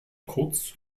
kurz